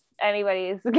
Anybody's